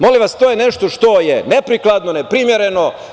Molim vas, to je nešto što je neprikladno, neprimereno.